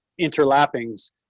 interlappings